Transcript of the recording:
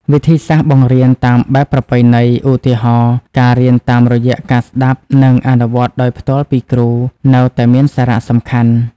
វិធីសាស្រ្តបង្រៀនតាមបែបប្រពៃណី ឧទាហរណ៍ ការរៀនតាមរយៈការស្តាប់ និងអនុវត្តដោយផ្ទាល់ពីគ្រូ នៅតែមានសារៈសំខាន់។